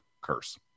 curse